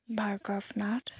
Bhargav Nath